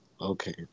Okay